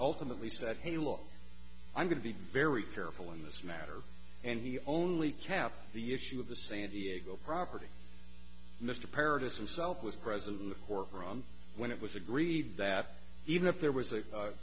ultimately said hey look i'm going to be very careful in this matter and he only kept the issue of the san diego property mr parrot is himself was present in the court from when it was agreed that even if there was a